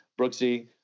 Brooksy